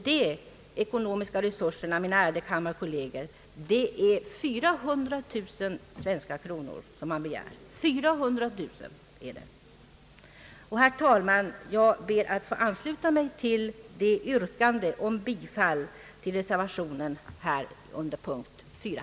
De ekonomiska resurser, ärade kammarledamöter, som begärs för detta ändamål är 400 000 svenska kronor. Herr talman! Jag ber att få instämma i yrkandet om bifall till reservation 4,